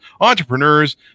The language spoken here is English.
entrepreneurs